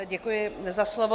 Děkuji za slovo.